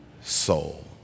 soul